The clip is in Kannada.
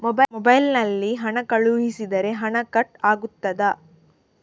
ಮೊಬೈಲ್ ನಲ್ಲಿ ಹಣ ಕಳುಹಿಸಿದರೆ ಹಣ ಕಟ್ ಆಗುತ್ತದಾ?